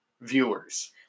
viewers